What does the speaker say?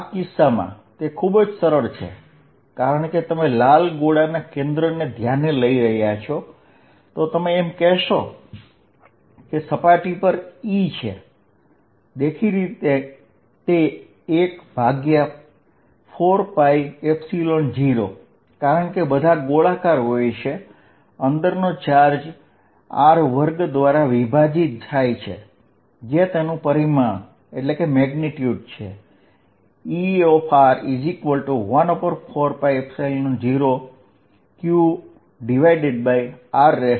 આ કિસ્સામાં તે ખૂબ જ સરળ છે કારણ કે તમે લાલ ગોળાના કેન્દ્રને ધ્યાને લઇ રહ્યા છો તો તમે એમ કહેશો કે સપાટી પર E છે તે દેખીતી રીતે ER14π0QR2 જેટલું હશે